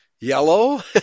yellow